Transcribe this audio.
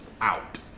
out